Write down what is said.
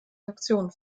sanktionen